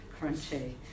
crunchy